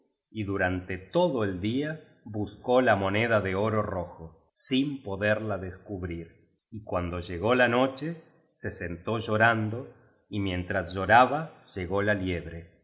y durante todo el día buscó la moneda de oro rojo sin poderla descubrir y cuando llegó la noche se sentó llorando y mientras lloraba llegó la liebre